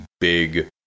big